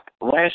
last